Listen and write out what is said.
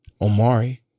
Omari